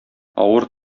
авыр